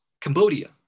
Cambodia